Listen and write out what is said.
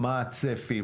מה הצפי,